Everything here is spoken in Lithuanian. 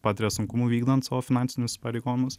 patiria sunkumų vykdant savo finansinius įsipareigojimus